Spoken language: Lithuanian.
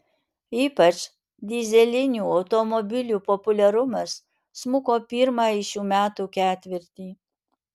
ypač dyzelinių automobilių populiarumas smuko pirmąjį šių metų ketvirtį